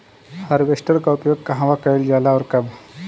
Harvester का उपयोग कहवा कइल जाला और कब?